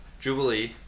Jubilee